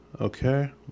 Okay